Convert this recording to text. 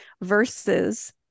versus